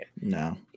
No